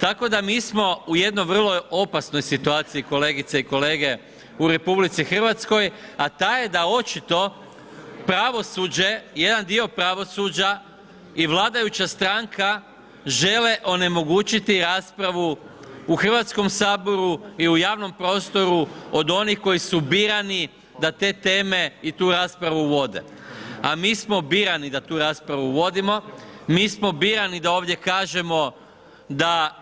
Tako da mi smo u jednoj vrlo opasnoj situaciji, kolegice i kolege u RH, a ta je da očito pravosuđe, jedan dio pravosuđa i vladajuća stranka žele onemogućiti raspravu u Hrvatskom saboru i u javnom prostoru od onih koji su birani da te teme i tu raspravu vode, a mi smo birani da tu raspravu vodimo, mi smo birani da ovdje kažemo da